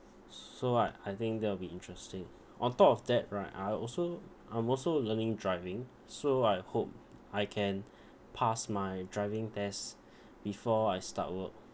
so I I think that will be interesting on top of that right I also I'm also learning driving so I hope I can pass my driving test before I start work